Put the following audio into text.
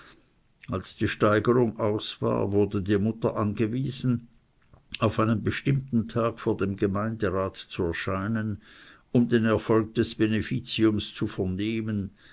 als die steigerung aus war wurde die mutter angewiesen auf einen bestimmten tag vor dem gemeindrat zu erscheinen um den erfolg des beneficiums zu vernehmen